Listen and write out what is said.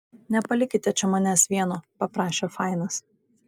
nepalikite čia manęs vieno paprašė fainas